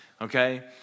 Okay